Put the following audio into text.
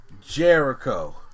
Jericho